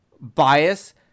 bias